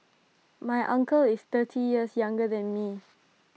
my uncle is thirty years younger than me